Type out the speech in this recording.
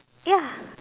ya